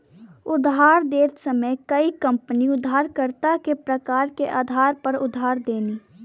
उधार देत समय कई कंपनी उधारकर्ता के प्रकार के आधार पर उधार देनी